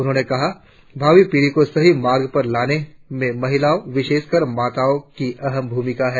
उन्होंने कहा भावी पीड़ी को सहि मार्ग पर लाने में महिलाओं विशेषकर माताओं की अहम भूमिका है